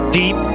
deep